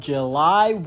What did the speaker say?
July